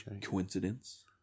Coincidence